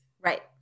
right